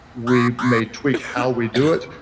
we may tweak how we do it,